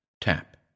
tap